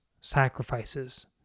sacrifices